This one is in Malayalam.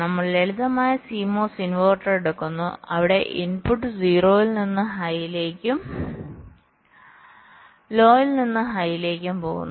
നമ്മൾ ലളിതമായ CMOS ഇൻവെർട്ടർ എടുക്കുന്നു അവിടെ ഇൻപുട്ട് 0 ൽ നിന്ന് ഹൈയിലേക്കും ലോയിൽ നിന്ന് ഹൈയിലേക്കും പോകുന്നു